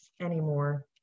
anymore